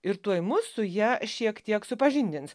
ir tuoj mus su ja šiek tiek supažindins